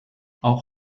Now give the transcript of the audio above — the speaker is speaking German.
auch